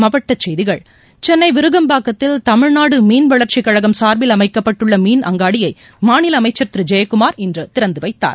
மாவட்ட செய்கிகள் சென்னை விருகம்பாக்கத்தில் தமிழ்நாடு மீன்வளர்ச்சிக் கழகம் சார்பில் அமைக்கப்பட்டுள்ள மீன் அங்காடியை மாநில அமைச்சர் திரு ஜெயக்குமார் இன்று திறந்து வைத்தார்